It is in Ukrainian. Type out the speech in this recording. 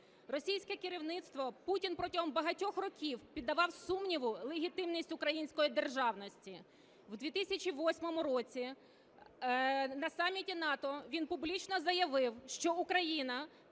Російське керівництво, Путін протягом багатьох років піддавав сумніву легітимність української державності. У 2008 році на саміті НАТО він публічно заявив, що Україна